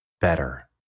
better